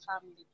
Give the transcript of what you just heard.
family